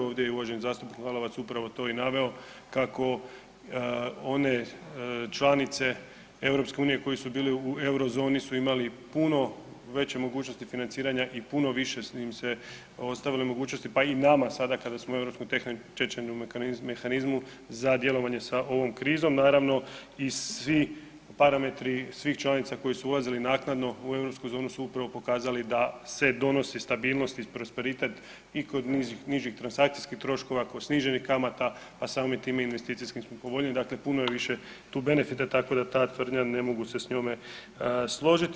Ovdje je uvaženi zastupnik Lalovac upravo to i naveo kako one članice EU koje su bile u Eurozoni su imali puno veće mogućnosti financiranja i puno više im se ostavile mogućnosti, pa i nama sada kada smo u Europskom tečajnom mehanizmu za djelovanje sa ovom krizom, naravno i svi parametri svih članica koji su ulazili naknadno u europsku zonu su upravo pokazali da se donosi stabilnost i prosperitet i kod nižih transakcijskih troškova, kod sniženih kamata, pa samim time i investicijski smo povoljniji, dakle puno je više tu benefita, tako da ta tvrdnja ne mogu se s njome složiti.